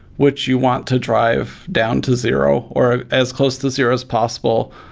which you want to drive down to zero, or as close to zero as possible.